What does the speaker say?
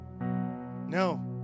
no